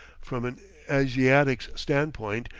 from an asiatic's standpoint,